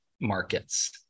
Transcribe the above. markets